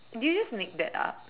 did you just make that up